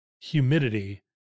humidity